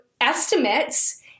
estimates